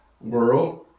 world